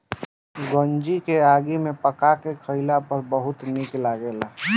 गंजी के आगी में पका के खइला पर इ बहुते निक लगेला